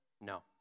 No